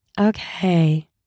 Okay